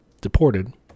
deported